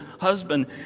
husband